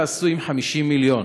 מה תעשו עם 50 מיליון?